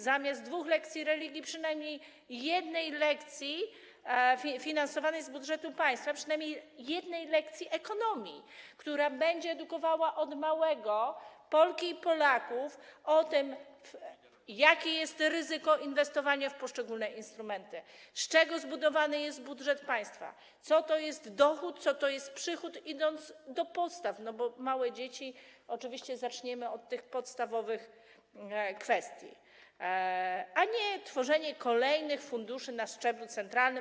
Zamiast dwóch lekcji religii potrzebujemy przynajmniej jednej lekcji finansowanej z budżetu państwa, przynajmniej jednej lekcji ekonomii, która będzie edukowała od małego Polki i Polaków o tym, jakie jest ryzyko inwestowania w poszczególne instrumenty, z czego zbudowany jest budżet państwa, co to jest dochód, co to jest przychód, idąc od podstaw, bo jeśli chodzi o małe dzieci, oczywiście zaczniemy od tych podstawowych kwestii, a nie tworzenia kolejnych funduszy na szczeblu centralnym.